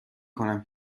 کنم